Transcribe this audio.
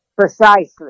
Precisely